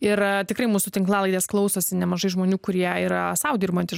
ir tikrai mūsų tinklalaidės klausosi nemažai žmonių kurie yra sau dirbantys